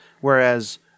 whereas